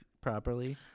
properly